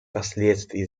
последствия